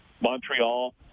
Montreal